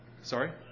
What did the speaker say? Sorry